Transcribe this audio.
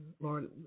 Lord